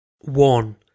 One